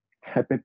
happy